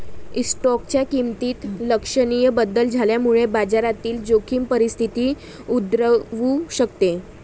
स्टॉकच्या किमतीत लक्षणीय बदल झाल्यामुळे बाजारातील जोखीम परिस्थिती उद्भवू शकते